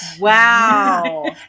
Wow